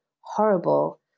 horrible